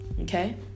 okay